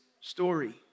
story